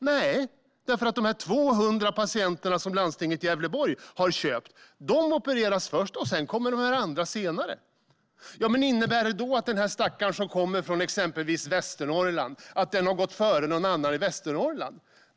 Nej, för de 200 patienter som landstinget i Gävleborg har betalat för opereras först, och sedan kommer de andra. Innebär det att stackaren som kommer från exempelvis Västernorrland har gått före någon annan i Västernorrland?